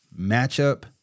matchup